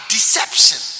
Deception